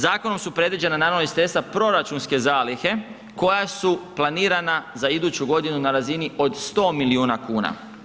Zakonom su predviđena, naravno ... proračunske zalihe koja su planirana za iduću godinu na razini od 100 milijuna kuna.